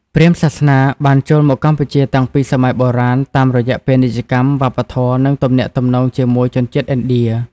ព្រាហ្មណ៍សាសនាបានចូលមកកម្ពុជាតាំងពីសម័យបុរាណតាមរយៈពាណិជ្ជកម្ម វប្បធម៌ និងទំនាក់ទំនងជាមួយជនជាតិឥណ្ឌា ។